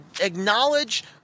acknowledge